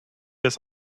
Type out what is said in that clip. des